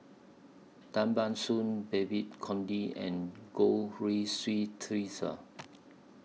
Tan Ban Soon Babes Conde and Goh Rui Si Theresa